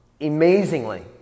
amazingly